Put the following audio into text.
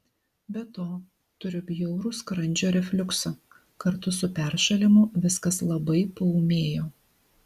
be to turiu bjaurų skrandžio refliuksą kartu su peršalimu viskas labai paūmėjo